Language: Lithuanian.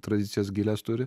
tradicijas gilias turi